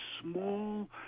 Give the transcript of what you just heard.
small